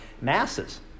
masses